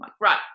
Right